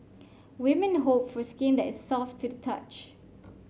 women hope for skin that is soft to the touch